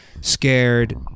scared